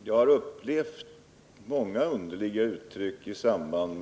Fru talman! Jag har hört många underliga uttryck i samband